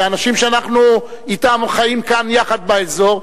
ואנשים שאנחנו אתם חיים כאן יחד באזור,